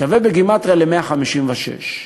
שווה בגימטריה ל-156.